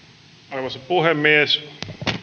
puhemies puhemies